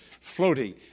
floating